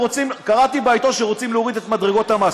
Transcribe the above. קראתי בעיתון שרוצים להוריד את מדרגות המס,